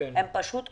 הם פשוט קורסים.